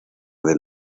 del